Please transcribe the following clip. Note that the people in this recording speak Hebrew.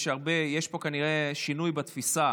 יש פה כנראה שינוי בתפיסה.